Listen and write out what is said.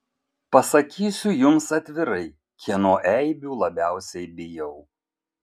pasakysiu jums atvirai kieno eibių labiausiai bijau